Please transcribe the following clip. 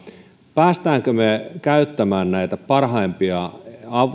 pääsemmekö me käyttämään näitä parhaimpia